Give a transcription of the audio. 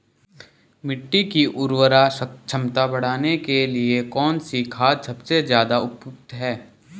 मिट्टी की उर्वरा क्षमता बढ़ाने के लिए कौन सी खाद सबसे ज़्यादा उपयुक्त है?